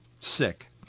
sick